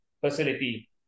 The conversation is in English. facility